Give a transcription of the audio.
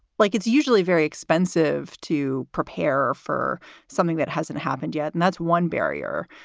like, it's usually very expensive to prepare for something that hasn't happened yet. and that's one barrier.